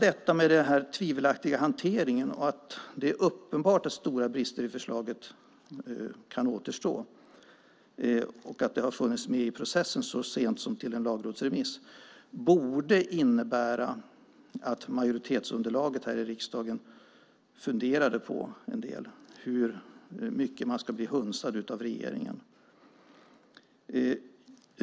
Den tvivelaktiga hanteringen, det faktum att det är uppenbart att stora brister i förslaget kan återstå och att detta har funnits med i processen så sent som i en lagrådsremiss borde innebära att majoritetsunderlaget här i riksdagen funderade en del på hur mycket man ska bli hunsad av regeringen.